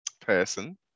person